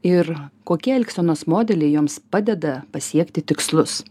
ir kokie elgsenos modeliai joms padeda pasiekti tikslus